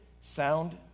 sound